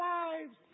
lives